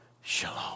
Shalom